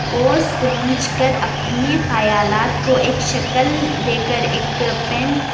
کو سوچ کر اپنے خیالات کو ایک شکل دے کر ایک پین